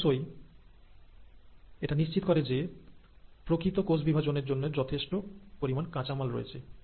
অবশ্যই এটা নিশ্চিত করে যে প্রকৃত কোষ বিভাজনের জন্য যথেষ্ট পরিমাণ কাঁচামাল রয়েছে